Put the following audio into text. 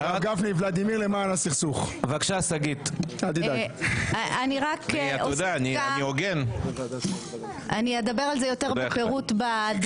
הרב גפני, אני לא רק מתחברת לדבריך.